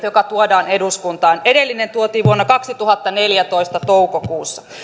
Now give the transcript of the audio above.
joka tuodaan eduskuntaan edellinen tuotiin vuonna kaksituhattaneljätoista toukokuussa